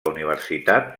universitat